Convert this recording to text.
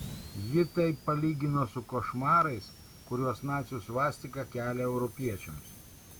ji tai palygino su košmarais kuriuos nacių svastika kelia europiečiams